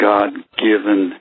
God-given